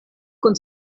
kun